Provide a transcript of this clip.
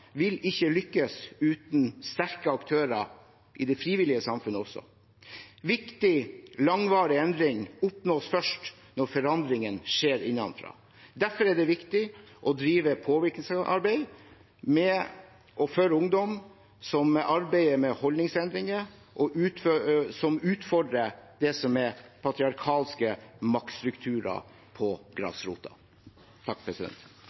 vil ikke lykkes uten sterke aktører i det frivillige samfunnet også. Viktig og langvarig endring oppnås først når forandringen skjer innenfra. Derfor er det viktig å drive påvirkningsarbeid med og for ungdom som arbeider med holdningsendringer, og som utfordrer patriarkalske maktstrukturer på